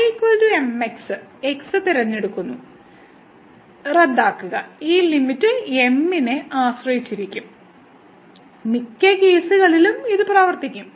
y mx x തിരഞ്ഞെടുക്കുന്നു റദ്ദാക്കുക ഈ ലിമിറ്റ് m നെ ആശ്രയിച്ചിരിക്കും മിക്ക കേസുകളിലും ഇത് പ്രവർത്തിക്കും